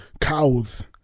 cows